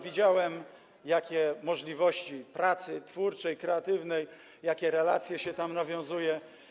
widziałem, jakie są możliwości pracy twórczej, kreatywnej, jakie relacje się tam nawiązuje.